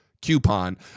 Coupon